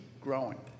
growing